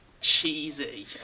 Cheesy